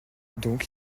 donc